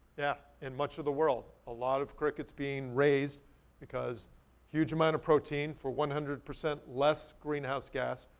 yeah, in much of the world a lot of crickets being raised because huge amount of protein for one hundred percent less greenhouse gas,